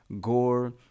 gore